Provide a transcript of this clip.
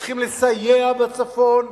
צריכים לסייע בצפון,